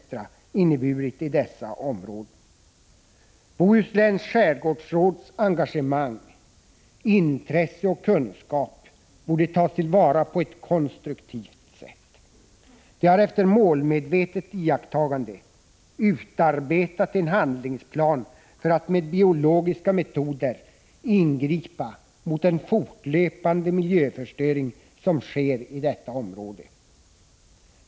har inneburit i denna skärgård. Bohusläns skärgårdsråds engagemang, intresse och kunskap borde tas till vara på ett konstruktivt sätt. Rådet har efter målmedvetet iakttagande utarbetat en handlingsplan för att med biologiska metoder ingripa mot den fortlöpande miljöförstöring som sker i detta område.